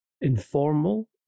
informal